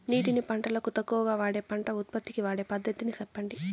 నీటిని పంటలకు తక్కువగా వాడే పంట ఉత్పత్తికి వాడే పద్ధతిని సెప్పండి?